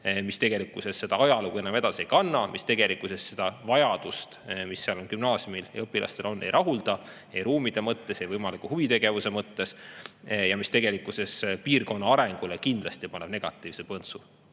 mis tegelikkuses seda ajalugu enam edasi ei kanna, mis seda vajadust, mis seal gümnaasiumiõpilastel on, ei rahulda – ei ruumide mõttes ega võimaliku huvitegevuse mõttes. Tegelikkuses see piirkonna arengule kindlasti paneb negatiivse põntsu.